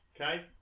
okay